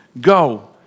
Go